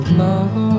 love